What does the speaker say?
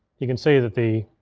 you can see that the,